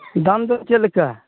ᱫᱟᱢ ᱫᱚ ᱪᱮᱫ ᱞᱮᱠᱟ